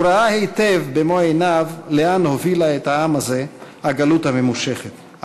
הוא ראה היטב במו-עיניו לאן הובילה את העם הזה הגלות הממושכת,